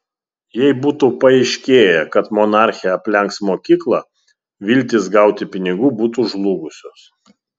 jei būtų paaiškėję kad monarchė aplenks mokyklą viltys gauti pinigų būtų žlugusios